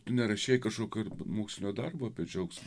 tu nerašei kažkokio mokslinio darbo be džiaugsmo